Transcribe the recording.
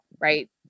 right